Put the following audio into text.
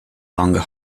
longer